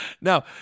Now